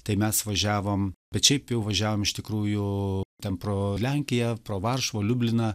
tai mes važiavom bet šiaip jau važiavom iš tikrųjų ten pro lenkiją pro varšuvą liubliną